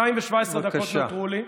2:17 דקות נותרו לי.